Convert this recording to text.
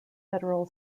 federal